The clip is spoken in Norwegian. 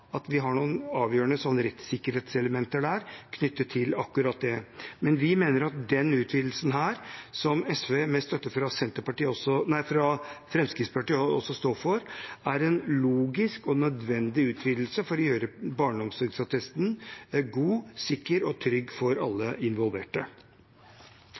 at vi har noen avgjørende rettssikkerhetselementer knyttet til akkurat det. Men vi mener at denne utvidelsen, som SV med støtte fra Fremskrittspartiet også står for, er en logisk og nødvendig utvidelse for å gjøre barneomsorgsattesten god, sikker og trygg for